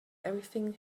everything